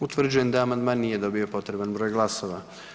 Utvrđujem da amandman nije dobio potreban broj glasova.